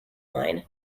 line